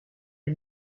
est